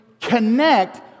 connect